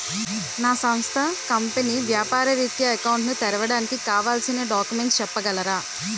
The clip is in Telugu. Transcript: నా సంస్థ కంపెనీ వ్యాపార రిత్య అకౌంట్ ను తెరవడానికి కావాల్సిన డాక్యుమెంట్స్ చెప్పగలరా?